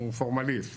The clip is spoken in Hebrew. הוא פורמליסט.